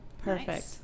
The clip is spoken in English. Perfect